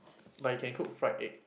but you can cook fried egg